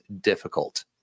difficult